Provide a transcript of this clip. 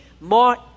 more